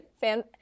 fan